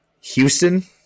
Houston